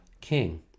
king